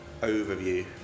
overview